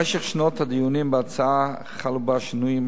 במשך שנות הדיונים בהצעה חלו בה שינויים שונים,